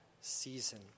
season